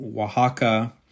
Oaxaca